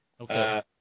Okay